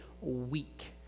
weak